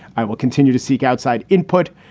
i will continue to seek outside input,